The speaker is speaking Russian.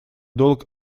долг